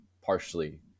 partially